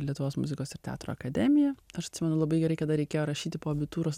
lietuvos muzikos ir teatro akademiją aš atsimenu labai gerai kada reikėjo rašyti po abitūros